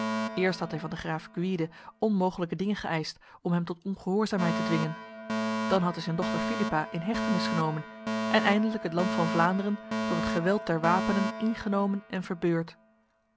eerst had hij van de graaf gwyde onmogelijke dingen geëist om hem tot ongehoorzaamheid te dwingen dan had hij zijn dochter philippa in hechtenis gehouden en eindelijk het land van vlaanderen door het geweld der wapenen ingenomen en verbeurd